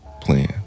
plan